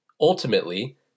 Ultimately